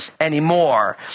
anymore